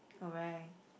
oh right